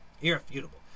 irrefutable